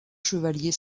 chevaliers